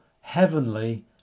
heavenly